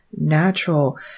natural